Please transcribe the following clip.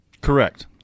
Correct